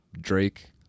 Drake